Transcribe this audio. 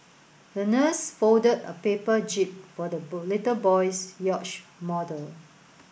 the nurse folded a paper jib for the little boy's yacht model